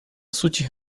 сути